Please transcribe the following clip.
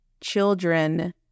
children